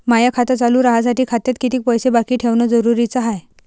माय खातं चालू राहासाठी खात्यात कितीक पैसे बाकी ठेवणं जरुरीच हाय?